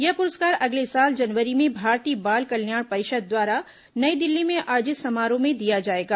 यह पुरस्कार अगले साल जनवरी में भारतीय बाल कल्याण परिषद द्वारा नई दिल्ली में आयोजित समारोह में दिया जाएगा